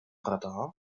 radar